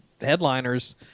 headliners